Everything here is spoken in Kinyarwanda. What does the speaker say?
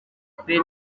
petero